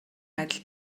адил